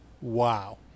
Wow